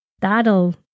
that'll